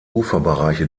uferbereiche